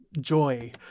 joy